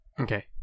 Okay